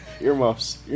Earmuffs